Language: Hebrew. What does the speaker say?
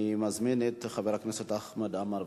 אני מזמין את חבר הכנסת חמד עמאר.